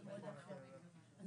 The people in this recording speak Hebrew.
את הדיון.